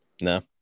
No